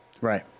right